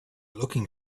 looking